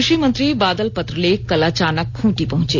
कृषि मंत्री बादल पत्रलेख कल अचानक खूंटी पहुंचे